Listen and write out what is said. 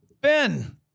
Ben